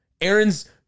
Aaron's